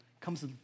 comes